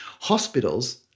Hospitals